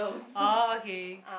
orh okay